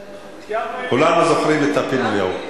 חשבתי, תיאמנו, כולנו זוכרים את הפינוי ההוא.